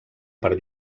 per